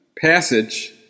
passage